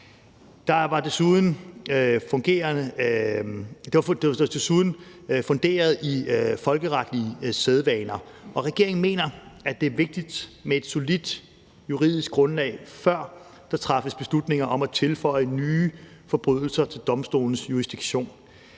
Det var desuden funderet i folkeretlige sædvaner, og regeringen mener, at det er vigtigt med et solidt juridisk grundlag, før der træffes beslutninger om at tilføje nye forbrydelser til domstolens jurisdiktion.